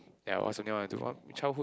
ya it was something I want to do what childhood